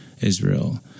Israel